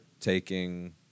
taking